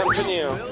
can you